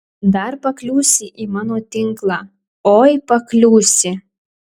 dar pakliūsi į mano tinklą oi pakliūsi